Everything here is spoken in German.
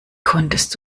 konntest